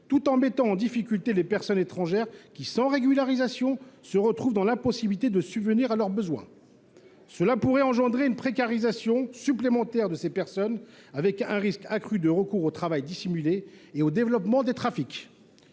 tout en mettant en difficulté les personnes étrangères qui, à défaut de régularisation, se trouvent dans l’impossibilité de subvenir à leurs besoins. Voilà qui pourrait aggraver la précarisation de ces personnes et engendrer un risque accru de recours au travail dissimulé et de développement des trafics.